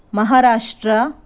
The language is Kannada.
ಮಹಾರಾಷ್ಟ್ರ